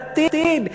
בעתיד,